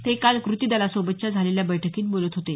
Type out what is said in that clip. ते काल कृती दलासोबतच्या झालेल्या बैठकीत बोलत होते